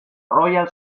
royal